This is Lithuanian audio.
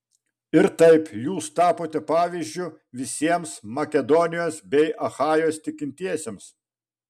ir taip jūs tapote pavyzdžiu visiems makedonijos bei achajos tikintiesiems